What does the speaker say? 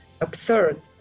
absurd